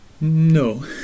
No